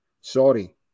sorry